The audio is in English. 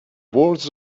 words